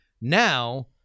Now